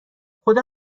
خدا